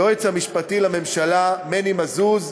נבחר היועץ המשפטי לממשלה מני מזוז,